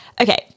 Okay